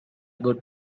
good